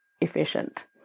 efficient